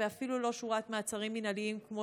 ואפילו לא שורת מעצרים מינהליים כמו